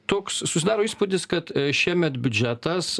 toks susidaro įspūdis kad šiemet biudžetas